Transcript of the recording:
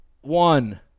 One